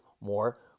more